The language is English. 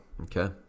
Okay